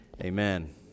amen